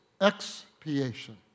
expiation